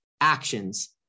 actions